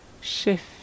shift